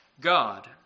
God